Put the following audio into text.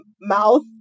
Mouth